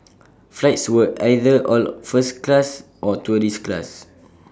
flights were either all first class or tourist class